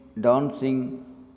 dancing